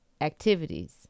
activities